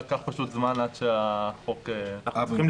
רצפת הצריכה ברוטו ורצפת הצריכה נטו,